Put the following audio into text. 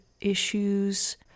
issues